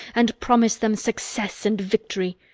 and promise them success and victory.